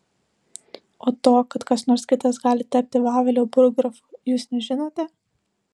o to kad kas nors kitas gali tapti vavelio burggrafu jūs nežinote